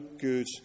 good